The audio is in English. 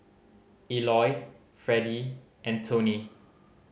Eloy Fredy and Toney